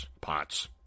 pots